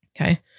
okay